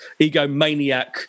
egomaniac